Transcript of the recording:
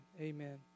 Amen